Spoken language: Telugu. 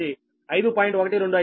125 p